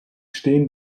stehen